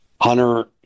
Hunter